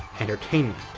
entertainment,